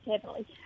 heavily